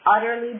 utterly